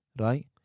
Right